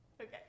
Okay